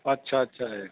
ਅੱਛਾ ਅੱਛਾ ਹੈਗਾ